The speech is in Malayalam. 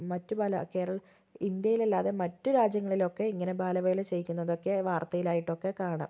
മറ്റു പല കേരൾ ഇന്ത്യയിലല്ലാതെ മറ്റു രാജ്യങ്ങളിലൊക്കെ ഇങ്ങനെ ബാലവേല ചെയ്യിക്കുന്നതൊക്കെ വാർത്തയിലായിട്ടൊക്കെ കാണാം